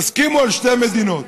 תסכימו על שתי מדינות,